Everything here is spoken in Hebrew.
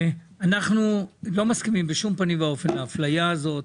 אנחנו לא מסכימים בשום פנים ואופן לאפליה הזאת.